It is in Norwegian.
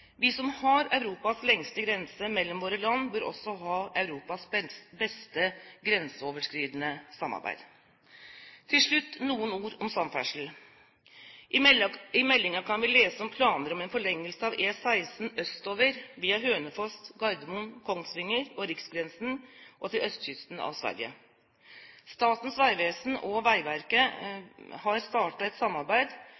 Vi som har Europas lengste grense mellom våre land, bør også ha Europas beste grenseoverskridende samarbeid. Til slutt noen ord om samferdsel. I meldingen kan vi lese om planer om en forlengelse av E16 østover, via Hønefoss, Gardermoen, Kongsvinger og riksgrensen og til østkysten av Sverige. Statens vegvesen og